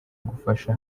gufasha